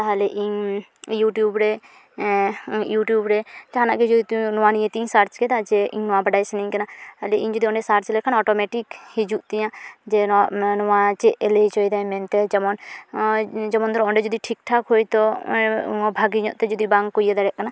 ᱛᱟᱦᱟᱞᱮ ᱤᱧ ᱤᱭᱩᱴᱤᱭᱩᱵᱽ ᱨᱮ ᱤᱭᱩᱴᱤᱭᱩᱵᱽ ᱨᱮ ᱡᱟᱦᱟᱱᱟᱜ ᱜᱮ ᱱᱚᱣᱟ ᱱᱤᱭᱟᱹᱛᱤᱧ ᱥᱟᱨᱪ ᱠᱮᱫᱟ ᱡᱮ ᱤᱧ ᱱᱚᱣᱟ ᱵᱟᱰᱟᱭ ᱥᱟᱱᱟᱭᱤᱧ ᱠᱟᱱᱟ ᱤᱧ ᱡᱩᱫᱤ ᱚᱸᱰᱮ ᱥᱟᱨᱪ ᱞᱮᱠᱷᱟᱱ ᱚᱴᱳᱢᱮᱴᱤᱠ ᱦᱤᱡᱩᱜ ᱛᱤᱧᱟᱹ ᱡᱮ ᱱᱚᱣᱟ ᱱᱚᱣᱟ ᱪᱮᱫᱼᱮ ᱞᱟᱹᱭ ᱦᱚᱪᱚᱭᱫᱟᱭ ᱢᱮᱱᱛᱮ ᱡᱮᱢᱚᱱ ᱡᱮᱢᱚᱱ ᱫᱷᱚᱨᱚ ᱚᱸᱰᱮ ᱴᱷᱤᱠᱴᱷᱟᱠ ᱦᱚᱭᱛᱚ ᱵᱷᱟᱜᱮᱧᱚᱜ ᱛᱮ ᱵᱟᱝᱠᱚ ᱤᱭᱟᱹ ᱫᱟᱲᱮᱜ ᱠᱟᱱᱟ